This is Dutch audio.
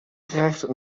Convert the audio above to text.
krijgt